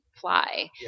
fly